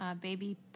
baby